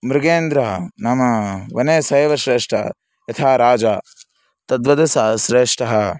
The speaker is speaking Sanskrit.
मृगेन्द्रः नाम वने सः एव श्रेष्ठः यथा राजा तद्वद् सः श्रेष्ठः